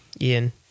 Ian